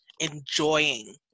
enjoying